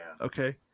Okay